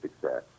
success